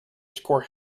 score